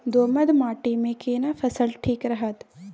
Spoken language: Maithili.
दोमट माटी मे केना फसल ठीक रहत?